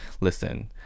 listen